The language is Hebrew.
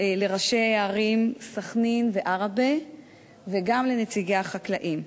לראשי הערים סח'נין ועראבה וגם לנציגי החקלאים.